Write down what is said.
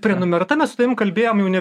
prenumerata mes su tavim kalbėjom jau ne